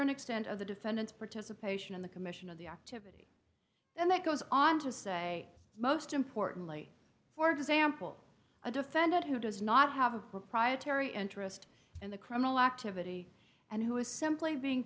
and extent of the defendant's participation in the commission of the activity and that goes on to say most importantly for example a defendant who does not have a proprietary interest in the criminal activity and who is simply being